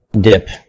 dip